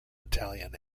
italian